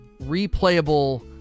replayable